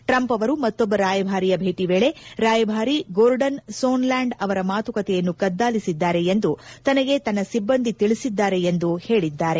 Trump ಅವರು ಮತ್ತೊಬ್ಬ ರಾಯಭಾರಿಯ ಭೇಟಿ ವೇಳೆ ರಾಯಭಾರಿ ಗೋರ್ಡನ್ ಸೊನ್ಲ್ಯಾಂಡ್ ಅವರ ಮಾತುಕತೆಯನ್ನು ಕದ್ದಾಲಿಸಿದ್ದಾರೆ ಎಂದು ತನಗೆ ತನ್ನ ಸಿಬ್ಬಂದಿ ತಿಳಿಸಿದ್ದಾರೆ ಎಂದು ಹೇಳಿದ್ದಾರೆ